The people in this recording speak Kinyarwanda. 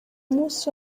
munsi